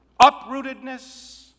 Uprootedness